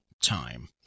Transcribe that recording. time